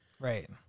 Right